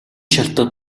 шалтаг